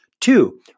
Two